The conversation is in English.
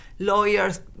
lawyers